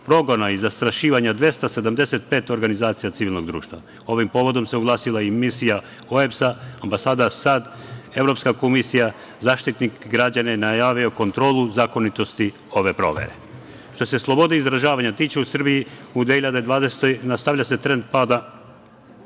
progona i zastrašivanja 275 organizacija civilnog društva. Ovim povodom se oglasila i misija OEBS-a, ambasada SAD, Evropska komisija, Zaštitnik građana je najavio kontrolu zakonitosti ove provere. Što se slobode izražavanja tiče, u Srbiji u 2020. godini nastavlja se trend pada